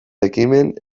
ekimen